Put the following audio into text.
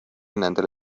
nendel